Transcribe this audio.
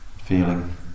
feeling